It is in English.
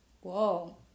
Whoa